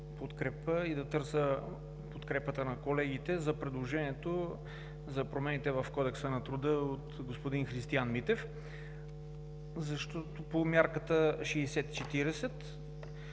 подкрепя и да търся подкрепата на колегите за предложението за промените в Кодекса на труда от господин Христиан Митев по мярката 60/40.